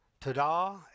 Tada